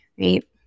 right